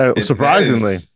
Surprisingly